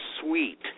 sweet